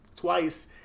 twice